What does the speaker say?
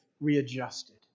readjusted